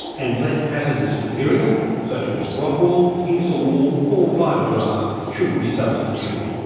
and less hazardous material, such as rockwool, insulwool or fibreglass should be substituted.